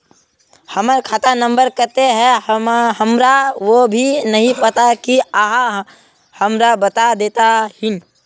हमर खाता नम्बर केते है हमरा वो भी नहीं पता की आहाँ हमरा बता देतहिन?